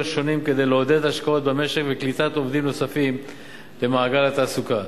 שונים כדי לעודד השקעות במשק וקליטת עובדים נוספים במעגל התעסוקה,